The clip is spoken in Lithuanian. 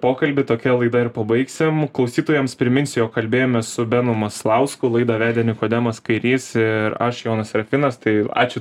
pokalbį tokia laida ir pabaigsim klausytojams priminsiu jog kalbėjomės su benu maslausku laidą vedė nikodemas kairys ir aš jonas serapinas tai ačiū